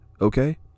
Okay